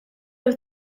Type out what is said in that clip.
have